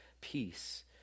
peace